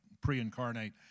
pre-incarnate